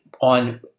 on